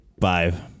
five